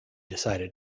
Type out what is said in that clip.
decided